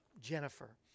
Jennifer